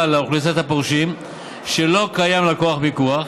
לאוכלוסיית הפורשים שלא קיים לה כוח מיקוח,